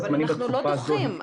אבל אנחנו לא דוחים.